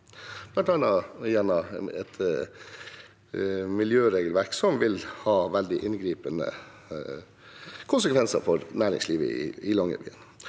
bl.a. gjennom et miljøregelverk som vil ha veldig inngripende konsekvenser for næringslivet i Longyearbyen.